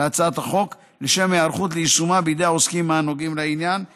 להצעת החוק לשם היערכות של העוסקים הנוגעים לעניין ליישומה.